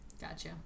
Gotcha